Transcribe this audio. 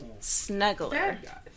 snuggler